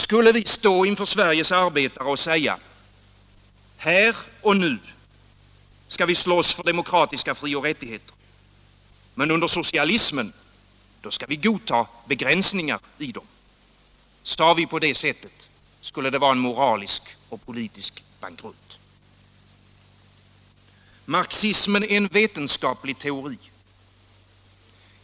Skulle vi stå inför Sveriges arbetare och säga: ”Här och nu skall vi slåss för demokratiska frioch rättigheter, men under socialismen skall vi godta begränsningar i dem”? Sade vi på det sättet, skulle det vara en moralisk och politisk bankrutt. Marxismen är en vetenskaplig teori.